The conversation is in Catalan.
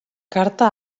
carta